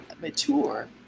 mature